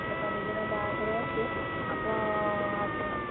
ଛଅ ତାରିଖ୍ ଦିନ ବାହାଘର ଅଛି ଆପଣ୍